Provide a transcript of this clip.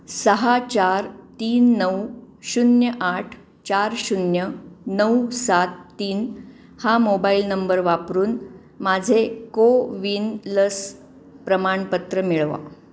सहा चार तीन नऊ शून्य आठ चार शून्य नऊ सात तीन हा मोबाईल नंबर वापरून माझे को विन लस प्रमाणपत्र मिळवा